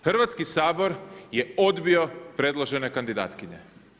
Hrvatski sabor je odbio predložene kandidatkinje.